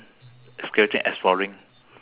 b~ uh that one is more of